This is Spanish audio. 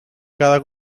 cada